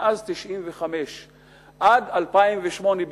מאז 1995 עד 2008,